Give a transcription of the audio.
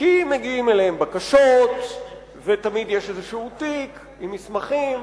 כי מגיעות אליהם בקשות ותמיד יש איזשהו תיק עם מסמכים,